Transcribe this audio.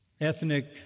ethnic